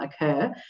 occur